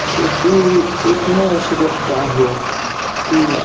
शेती एकमेव अशी गोष्ट आहे की